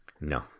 No